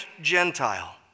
Gentile